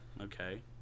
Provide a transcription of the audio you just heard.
Okay